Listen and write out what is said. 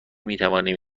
میتوانیم